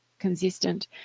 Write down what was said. consistent